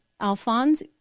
Alphonse